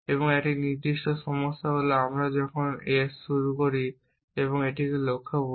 এবং একটি নির্দিষ্ট সমস্যা হল যখন আমরা s এ শুরুকে সংজ্ঞায়িত করি একটি লক্ষ্য বলে